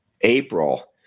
April